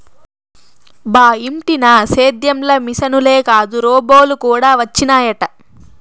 బా ఇంటినా సేద్యం ల మిశనులే కాదు రోబోలు కూడా వచ్చినయట